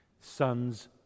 sons